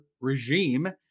regime